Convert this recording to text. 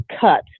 cut